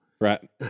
Right